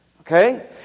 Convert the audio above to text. Okay